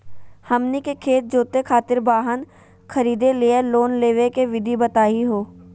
हमनी के खेत जोते खातीर वाहन खरीदे लिये लोन लेवे के विधि बताही हो?